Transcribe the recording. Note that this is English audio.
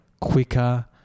quicker